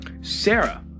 Sarah